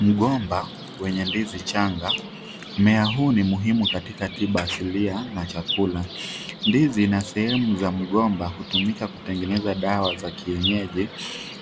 Mgomba wenye ndizi changa. Mmea huu ni muhimu katika tiba asilia na chakula. Ndizi na sehemu za mgomba hutumika kutengeneza dawa za kienyeji